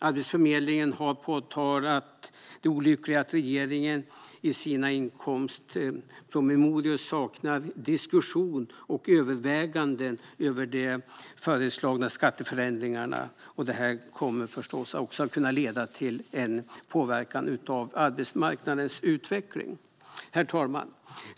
Arbetsförmedlingen har påtalat det olyckliga i att regeringen i sina inkomstskattepromemorior saknar diskussioner och överväganden över den påverkan på arbetsmarknadens utveckling som de föreslagna skatteförändringarna förstås kommer att kunna leda till. Herr talman!